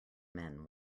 men